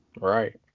Right